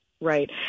Right